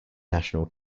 national